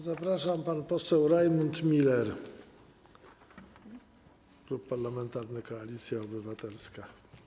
Zapraszam, pan poseł Rajmund Miller, Klub Parlamentarny Koalicja Obywatelska.